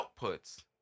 outputs